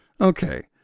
Okay